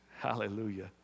Hallelujah